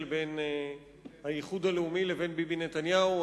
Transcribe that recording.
בין האיחוד הלאומי לבין ביבי נתניהו.